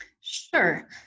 Sure